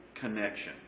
connection